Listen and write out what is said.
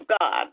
God